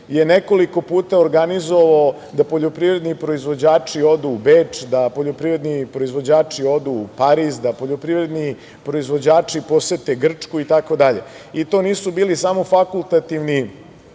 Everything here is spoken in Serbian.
nekoliko puta organizovao da poljoprivredni proizvođači odu u Beč, da poljoprivredni proizvođači odu u Pariz, da poljoprivredni proizvođači posete Gčku itd. To nisu bili samo fakultativna